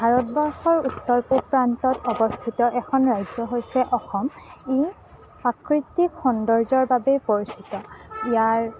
ভাৰতবৰ্ষৰ উত্তৰ পূৱ প্ৰান্তত অৱস্থিত এখন ৰাজ্য হৈছে অসম ই প্ৰাকৃতিক সৌন্দৰ্যৰ বাবে পৰিচিত ইয়াৰ